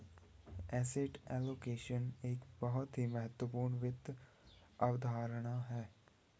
asset allocation एक बहुत ही महत्वपूर्ण वित्त अवधारणा है